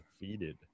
defeated